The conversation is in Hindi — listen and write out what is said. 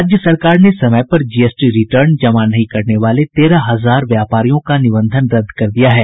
राज्य सरकार ने समय पर जीएसटी रिटर्न जमा नहीं करने वाले तेरह हजार व्यापारियों का निबंधन रद्द कर दिया है